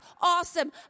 Awesome